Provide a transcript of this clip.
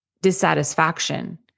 dissatisfaction